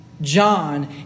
John